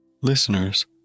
Listeners